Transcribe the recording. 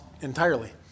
entirely